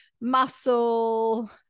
muscle